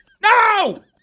No